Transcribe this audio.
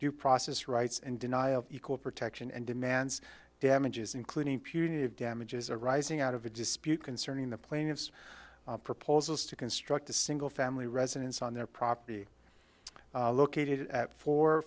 due process rights and denial equal protection and demands damages including punitive damages arising out of a dispute concerning the plaintiff's proposals to construct a single family residence on their property located at four